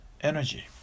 energy